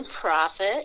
profit